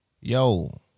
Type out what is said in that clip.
Yo